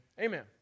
Amen